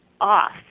off